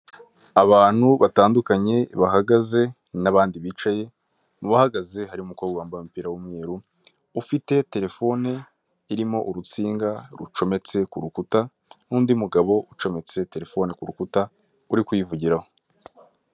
Abantu batandukanye bahangaze n'abandi bicaye, mu bahagaze harimo umukobwa wambaye umupira w'umweru, ufite terefone irimo urutsinga rucometse ku rukuta, n'undi mugabo ucometse terefone ku rukuta uri kuyivugiraho.